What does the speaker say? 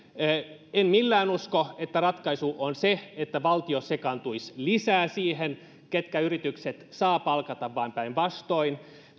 en millään usko että ratkaisu on se että valtio sekaantuisi lisää siihen keitä yritykset saavat palkata vaan päinvastoin